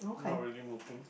not really moving